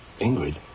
Ingrid